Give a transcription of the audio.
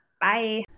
bye